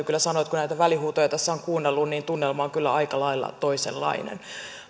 kyllä sanoa että kun näitä välihuutoja tässä on kuunnellut niin tunnelma on kyllä aika lailla toisenlainen